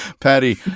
Patty